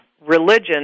religion